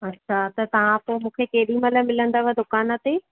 अच्छा त तव्हां पोइ मूंखे केॾीमहिल मिलंदव दुकान ते